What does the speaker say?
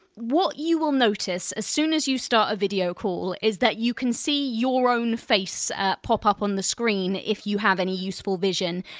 what you will notice, as soon as you start a video call, is that you can see your own face pop up on the screen, if you have any useful vision.